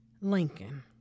Lincoln